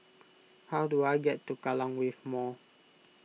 how do I get to Kallang Wave Mall